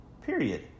period